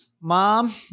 mom